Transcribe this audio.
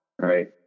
right